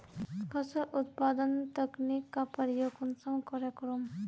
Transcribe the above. फसल उत्पादन तकनीक का प्रयोग कुंसम करे करूम?